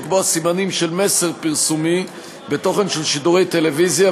לקבוע סימנים של מסר פרסומי בתוכן של שידורי טלוויזיה,